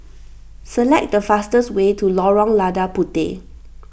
select the fastest way to Lorong Lada Puteh